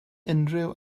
unrhyw